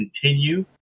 continue